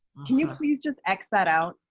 can you please just x that out?